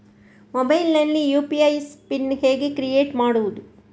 Mobile ನಲ್ಲಿ UPI pin ಹೇಗೆ create ಮಾಡುವುದು?